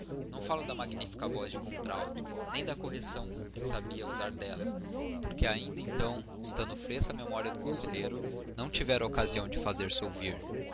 não falo da magnífica voz de contralto nem da correção com que sabia usar dela porque ainda então estando fresca a memória do conselheiro não tivera ocasião de fazer-se ouvir